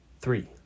Three